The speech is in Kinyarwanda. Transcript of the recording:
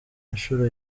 nshuro